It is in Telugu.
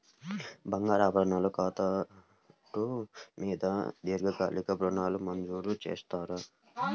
బంగారు ఆభరణాలు తాకట్టు మీద దీర్ఘకాలిక ఋణాలు మంజూరు చేస్తారా?